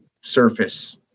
surface